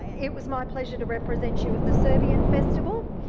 it was my pleasure to represent you at the serbian festival,